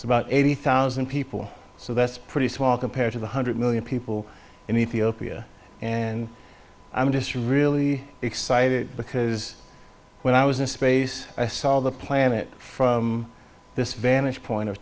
is about eighty thousand people so that's pretty small compared to the hundred million people in ethiopia and i'm just really excited because when i was in space i saw the planet from this vantage point of